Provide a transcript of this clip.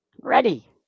Ready